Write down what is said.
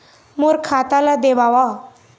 मोर खाता ला देवाव?